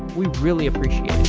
we really appreciate